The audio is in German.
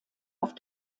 auf